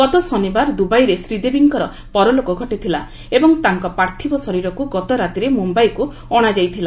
ଗତ ଶନିବାର ଦୁବାଇରେ ଶ୍ରୀଦେବୀଙ୍କର ପରଲୋକ ଘଟିଥିଲା ଏବଂ ତାଙ୍କ ପାର୍ଥବ ଶରୀରକୁ ଗତରାତିରେ ମୁମ୍ବାଇକୁ ଅଣାଯାଇଥିଲା